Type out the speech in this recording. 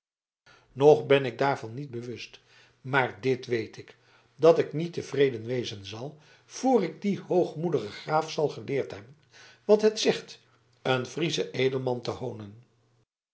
nog ben ik daarvan niet bewust maar dit weet ik dat ik niet tevreden wezen zal voor ik dien hoogmoedigen graaf zal geleerd hebben wat het zegt een frieschen edelman te hoonen